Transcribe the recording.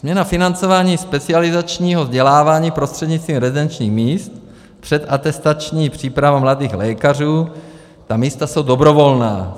Změna financování specializačního vzdělávání prostřednictvím rezidenčních míst, předatestační příprava mladých lékařů, ta místa jsou dobrovolná.